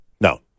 No